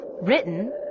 Written